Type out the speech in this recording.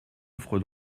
offres